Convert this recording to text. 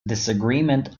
disagreement